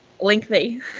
lengthy